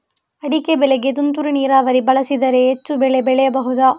ಅಡಿಕೆ ಬೆಳೆಗೆ ತುಂತುರು ನೀರಾವರಿ ಬಳಸಿದರೆ ಹೆಚ್ಚು ಬೆಳೆ ಬೆಳೆಯಬಹುದಾ?